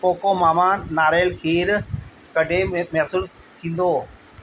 Cocomama नारियल खीरु कॾहिं मुयसरु थींदो